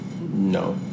No